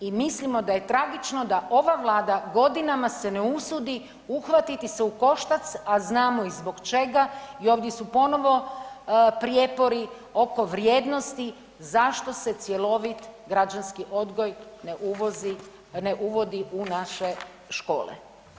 I mislimo da je tragično da ova Vlada godinama se ne usudi uhvatiti se u koštac, a znamo i zbog čega i ovdje su ponovo prijepori oko vrijednosti zašto se cjelovit građanski odgoj ne uvozi, ne uvodi u naše škole.